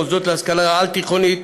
מוסדות להשכלה על-תיכונית,